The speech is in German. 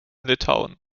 litauen